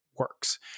works